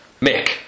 Mick